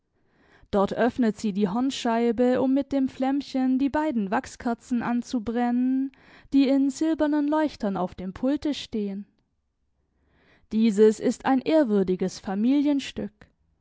dort öffnet sie die hornscheibe um mit dem flämmchen die beiden wachskerzen anzubrennen die in silbernen leuchtern auf dem pulte stehen dieses ist ein ehrwürdiges